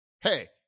Hey